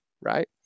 right